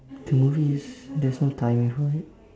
the movie is there's no timing for it